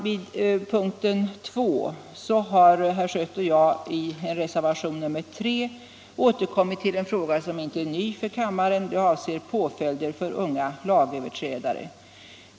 Vid punkten 2 har herr Schött och jag i reservationen 3 återkommit till en fråga som inte är ny för kammaren; det gäller påföljderna för unga lagöverträdare.